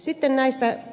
sitten rahoista